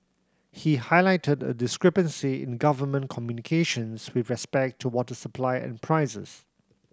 he highlighted a discrepancy in government communications with respect to water supply and prices